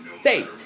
State